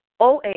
OA